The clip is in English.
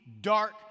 dark